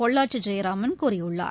பொள்ளாச்சி ஜெயராமன் கூறியுள்ளார்